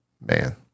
man